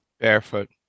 Barefoot